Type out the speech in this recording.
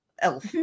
elf